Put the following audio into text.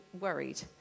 worried